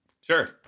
Sure